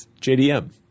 JDM